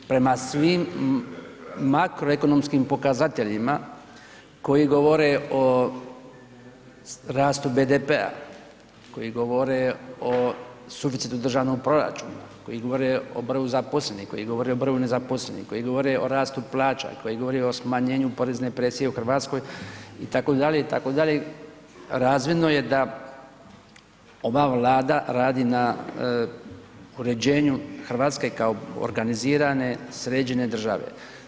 Prema svim makroekonomskim pokazateljima koji govore o rastu BDP-a, koji govore o suficitu državnog proračuna, koji govore o broju zaposlenih, koji govore o broju nezaposlenih, koji govore o rastu plaća, koji govore o smanjenju porezne presije u Hrvatskoj itd., itd., razvidno je da ova Vlada radi na uređenju Hrvatske kao organizirane, sređene države.